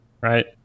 right